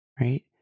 right